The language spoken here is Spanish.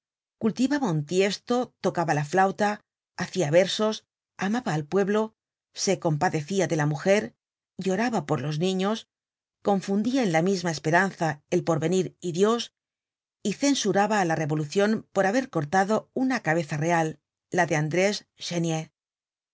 cultivaba un tiesto tocaba la flauta hacia versos amaba al pueblo se compadecia de la mujer lloraba por los niños confundia en la misma esperanza el porvenir y dios y censuraba á la revolucion por haber cortado una cabeza real la de andrés chenier